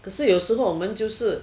可是有时候我们就是